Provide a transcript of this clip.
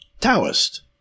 Taoist